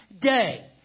day